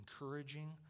encouraging